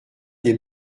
des